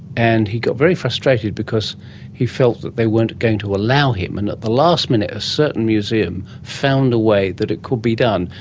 and he got very frustrated because he felt that they weren't going to allow him, and at the last minute a certain museum found a way that it could be done.